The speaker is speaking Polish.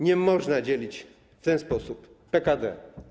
Nie można dzielić w ten sposób PKD.